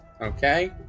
okay